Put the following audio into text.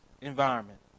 environment